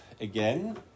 again